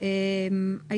שתי